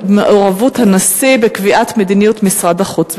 מעורבות הנשיא בקביעת מדיניות משרד החוץ.